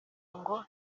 ngo